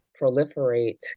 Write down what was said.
proliferate